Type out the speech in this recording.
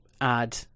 add